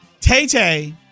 Tay-Tay